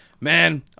Man